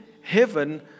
heaven